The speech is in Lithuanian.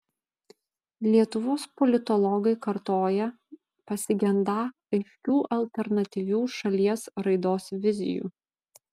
lietuvos politologai kartoja pasigendą aiškių alternatyvių šalies raidos vizijų